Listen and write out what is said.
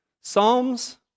Psalms